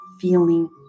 Feeling